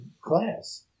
class